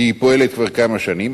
כי היא פועלת כבר כמה שנים.